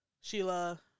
Sheila